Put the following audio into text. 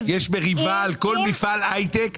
יש מריבה על כל מפעל הייטק,